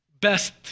best